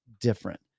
different